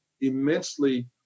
immensely